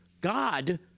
god